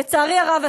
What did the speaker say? לצערי הרב,